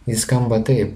ji skamba taip